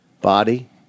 body